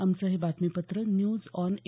आमचं हे बातमीपत्र न्यूज ऑन ए